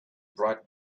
bright